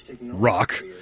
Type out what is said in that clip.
rock